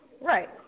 Right